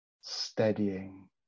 steadying